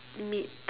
meat